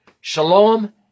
Shalom